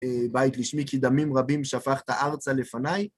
בית לשמי כי דמים רבים שפכת ארצה לפניי.